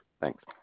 Thanks